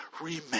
remain